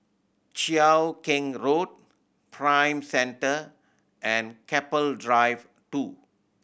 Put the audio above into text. Cheow Keng Road Prime Centre and Keppel Drive Two